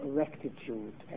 rectitude